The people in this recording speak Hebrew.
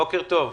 בוקר טוב.